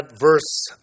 verse